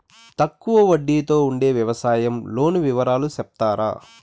తక్కువ వడ్డీ తో ఉండే వ్యవసాయం లోను వివరాలు సెప్తారా?